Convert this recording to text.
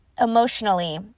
emotionally